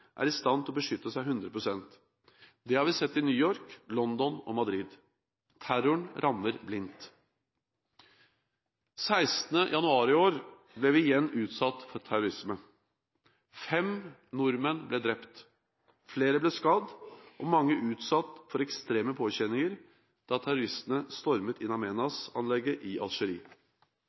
er i stand til å beskytte seg 100 pst. Det har vi sett i New York, London og Madrid. Terroren rammer blindt. 16. januar i år ble vi igjen utsatt for terrorisme. Fem nordmenn ble drept, flere ble skadd og mange utsatt for ekstreme påkjenninger da terrorister stormet In Amenas-anlegget i